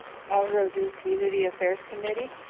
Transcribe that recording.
pajaro dunes community affairs committee,